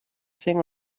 sing